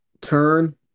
turn